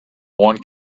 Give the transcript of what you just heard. one